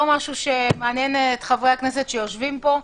משהו שמעניין את חברי הכנסת שיושבים פה.